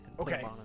Okay